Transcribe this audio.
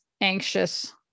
anxious